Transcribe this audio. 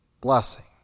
blessing